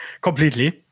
completely